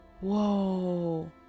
Whoa